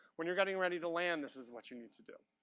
when you're getting ready to land, this is what you need to do.